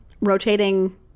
rotating